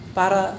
para